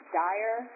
dire